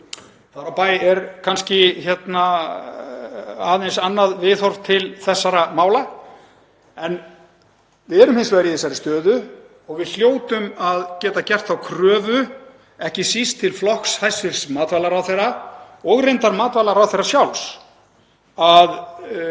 þar á bæ er kannski aðeins annað viðhorf ríkjandi til þessara mála. Við erum hins vegar í þessari stöðu og hljótum að geta gert þá kröfu, ekki síst til flokks hæstv. matvælaráðherra og reyndar matvælaráðherra sjálfs, að